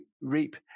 reap